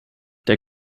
der